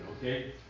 Okay